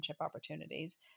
opportunities